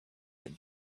and